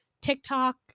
tiktok